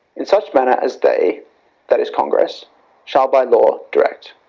such manner as they that is congress shall by law direct.